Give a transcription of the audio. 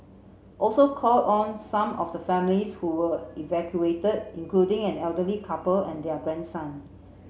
also called on some of the families who were evacuated including an elderly couple and their grandson